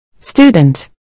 Student